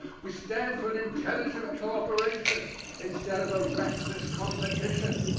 we stand for an intelligent cooperation instead of a reckless competition.